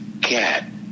get